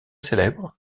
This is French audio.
célèbre